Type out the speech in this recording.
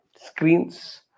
screens